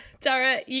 Dara